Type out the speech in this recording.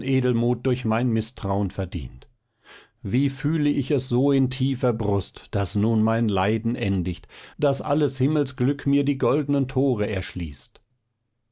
edelmut durch mein mißtrauen verdient wie fühle ich es so in tiefer brust daß nun mein leiden endigt daß alles himmelsglück mir die goldnen tore erschließt